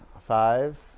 Five